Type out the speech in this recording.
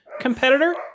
competitor